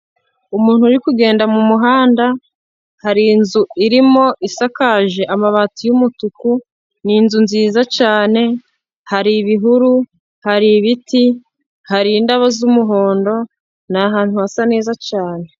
Umuntu uri kugenda mu muhanda hari inzu irimo isakaje amabati yumutuku, ni inzu nziza cyane, hari ibihuru, hari ibiti, hari indabo z'umuhondo, ni ahantu hasa neza cyane.